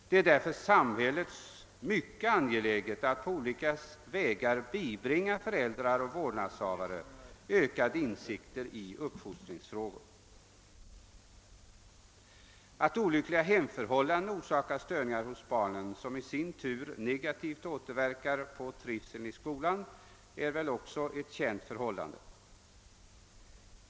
Det är därför mycket angeläget att samhället på olika vägar bibringar föräldrar och vårdnadshavare ökade insikter i uppfostringsfrågor. Att olyckliga hemförhållanden hos barnen orsakar störningar som i sin tur negativt återverkar på trivseln i skolan är väl också ett känt förhållande.